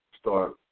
start